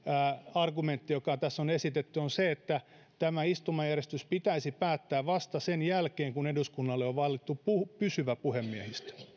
argumentti joka tässä on esitetty on se että tämä istumajärjestys pitäisi päättää vasta sen jälkeen kun eduskunnalle on valittu pysyvä puhemiehistö